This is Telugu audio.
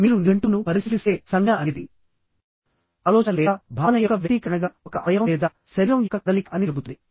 మీరు నిఘంటువును పరిశీలిస్తేసంజ్ఞ అనేది ఆలోచన లేదా భావన యొక్క వ్యక్తీకరణగా ఒక అవయవం లేదా శరీరం యొక్క కదలిక అని చెబుతుంది